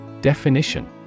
Definition